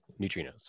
Neutrinos